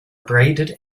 abraded